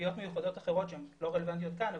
קלפיות מיוחדות אחרות שהן לא רלוונטיות כאן,